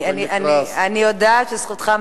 אני יודעת שזכותך המלאה,